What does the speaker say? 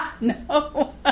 No